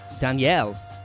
Danielle